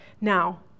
Now